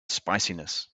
spiciness